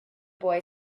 boy